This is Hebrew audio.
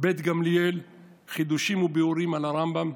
"בית גמליאל: חידושים וביאורים על הרמב"ם",